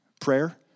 prayer